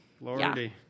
Lordy